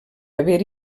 haver